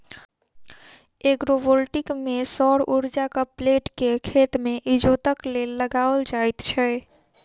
agrovoltaic मे सौर उर्जाक प्लेट के खेत मे इजोतक लेल लगाओल जाइत छै